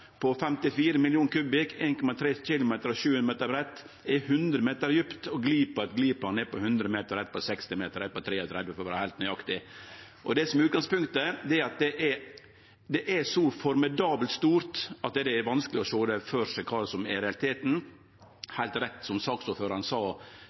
54 mill. kubikkmeter, 1,3 km langt og 700 meter breitt, er 100 meter djupt og glipene nedover er 100 meter djup, 60 meter djup og 33 meter djup, for å vere heilt nøyaktig. Utgangspunktet er at det er så formidabelt stort at det er vanskeleg å sjå for seg kva som er realiteten.